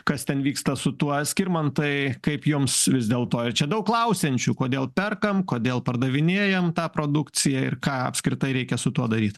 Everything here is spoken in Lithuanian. kas ten vyksta su tuo skirmantai kaip jums vis dėlto čia daug klausiančių kodėl perkam kodėl pardavinėjam tą produkciją ir ką apskritai reikia su tuo daryt